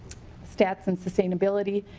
stats and sustainability.